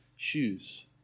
Shoes